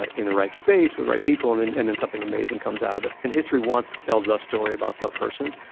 ah in the right space, with the right people. and then and then something amazing comes out of it. and history wants to tell the story about the person,